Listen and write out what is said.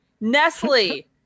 Nestle